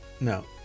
No